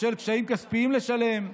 בשל קשיים כספיים לשלם,